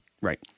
Right